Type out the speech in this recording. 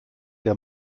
der